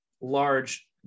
large